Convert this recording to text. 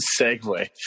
segue